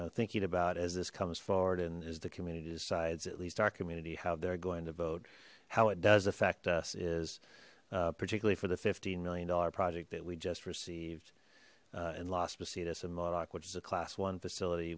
know thinking about as this comes forward and is the community decides at least our community how they're going to vote how it does affect us is particularly for the fifteen million dollar project that we just received in las positas in modoc which is a class one facility